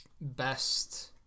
best